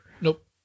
Nope